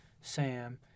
Sam